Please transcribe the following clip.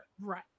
Right